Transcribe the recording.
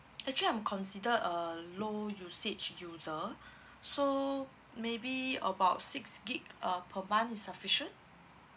actually I'm considered a low usage user so maybe about six gig uh per month is sufficient